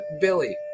Billy